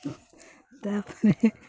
ତା'ପରେ